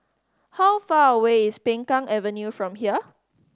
how far away is Peng Kang Avenue from here